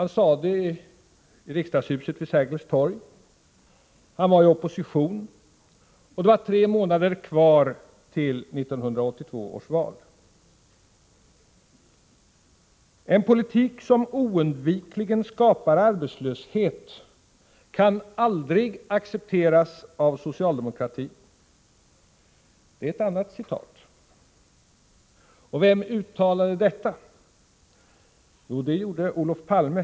Han sade det i riksdagshuset vid Sergels torg. Han var i opposition, och det var tre månader kvar till 1982 års val. En politik som oundvikligen skapar arbetslöshet kan aldrig accepteras av socialdemokratin. Det är ett annat citat. Och vem uttalade detta? Jo, det var Olof Palme.